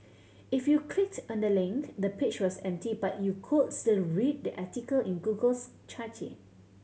if you clicked on the link the page was empty but you could still read the article in Google's cache